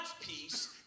peace